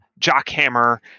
Jockhammer